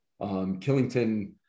Killington